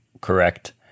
correct